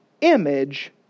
image